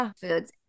foods